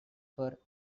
for